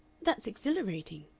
that's exhilarating,